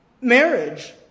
marriage